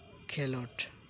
ᱠᱷᱮᱞᱚᱰ